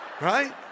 Right